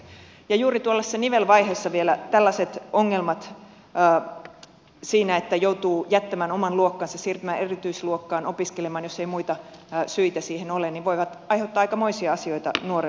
ja juuri tuollaisessa nivelvaiheessa vielä tällaiset ongelmat siinä että joutuu jättämään oman luokkansa siirtymään erityisluokkaan opiskelemaan jos ei muita syitä siihen ole voivat aiheuttaa aikamoisia asioita nuorelle lapselle